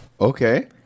okay